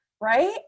right